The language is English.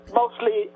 mostly